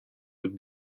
would